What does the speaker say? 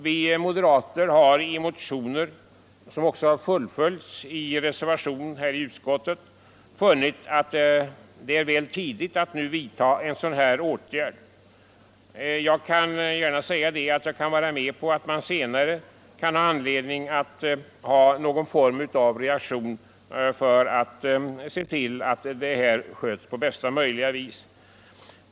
Vi moderater har i motioner, som också fullföljts i reservationen till utskottsbetänkandet, funnit att det är väl tidigt att nu vidta en sådan här åtgärd. Jag kan gärna vara med på att man senare kan ha anledning till någon form av reaktion för att se till att förtullningen sköts på bästa möjliga vis.